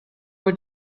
were